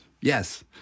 Yes